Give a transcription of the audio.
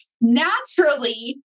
naturally